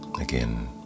Again